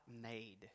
made